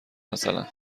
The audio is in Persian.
مثلا